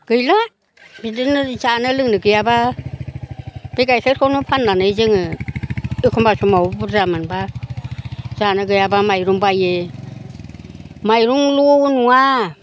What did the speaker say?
गैला बिदिनो जानाय लोंनो गैयाबा बे गाइखेरखौनो फाननानै जोङो एखमबा समाव बुरजा मोनबा जानो गैयाबा माइरं बायो माइरंल' नङा